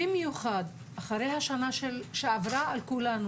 במיוחד אחרי השנה שעברה על כולנו,